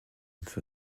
for